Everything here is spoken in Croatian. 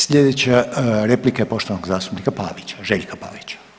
Sljedeća replika je poštovanog zastupnika Pavića, Željka Pavića.